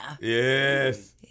Yes